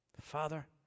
Father